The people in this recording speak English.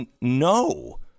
no